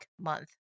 month